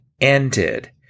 ended